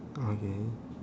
okay